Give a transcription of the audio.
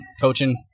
coaching